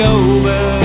over